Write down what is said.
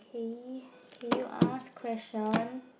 Kay i can you ask question